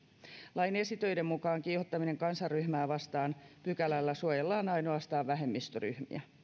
lain esitöiden mukaan kiihottaminen kansanryhmää vastaan pykälällä suojellaan ainoastaan vähemmistöryhmiä